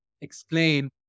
explain